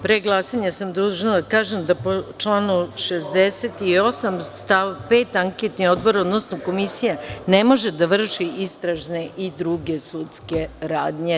Pre glasanja sam dužna da kažem da po članu 68. stav 5. anketni odbor, odnosno komisija ne može da vrši istražne i druge sudske radnje.